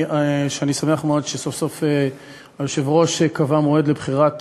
אני שמח מאוד שסוף-סוף היושב-ראש קבע מועד לבחירת